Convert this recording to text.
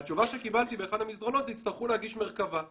והתשובה שקיבלתי באחד המסדרונות היא: יצטרכו להגיש מרכב"ה.